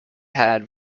had